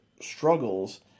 struggles